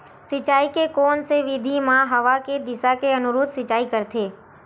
सिंचाई के कोन से विधि म हवा के दिशा के अनुरूप सिंचाई करथे?